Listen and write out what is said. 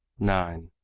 nine.